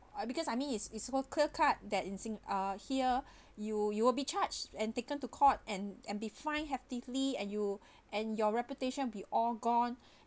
uh because I mean it's it's about clear cut that in sin~ uh here you you will be charged and taken to court and and be fine hefty and you and your reputation be all gone